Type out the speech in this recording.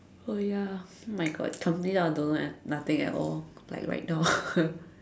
oh ya oh my god completely I don't know nothing at all like right now